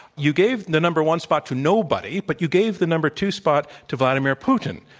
you gave the number one spot to nobody. but you gave the number two spot to vladimir putin,